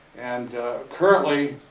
and currently,